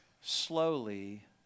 slowly